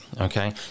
okay